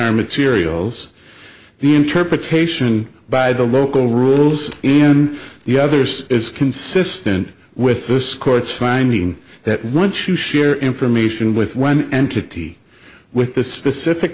our materials the interpretation by the local rules and the others is consistent with this court's finding that once you share information with one entity with the specific